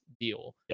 deal